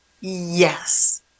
Yes